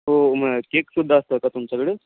हो मग केकसुद्धा असतो आहे का तुमच्याकडं